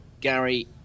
Gary